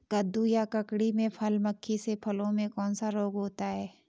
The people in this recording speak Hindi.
कद्दू या ककड़ी में फल मक्खी से फलों में कौन सा रोग होता है?